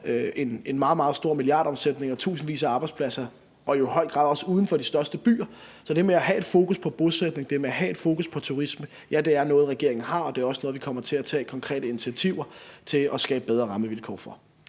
meget stor milliardomsætning og tusindvis af arbejdspladser og det i høj grad også uden for de største byer. Så det med at have et fokus på bosætning og det med at have et fokus på turisme er noget, regeringen har, og det er også noget, vi kommer til at tage konkrete initiativer til at skabe bedre rammevilkår for.